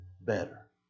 better